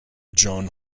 john